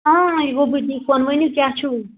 اۭں یہِ گوٚو ؤنِو کیٛاہ چھُو ونُن